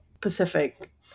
Pacific